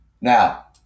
Now